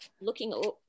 looking